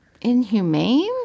inhumane